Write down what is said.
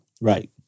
Right